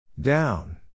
Down